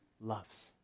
loves